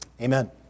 amen